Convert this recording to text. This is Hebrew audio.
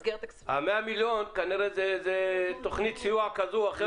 ה-100 מיליון, כנראה זאת תוכנית סיוע כזו או אחרת.